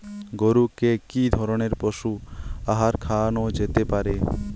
গরু কে কি ধরনের পশু আহার খাওয়ানো যেতে পারে?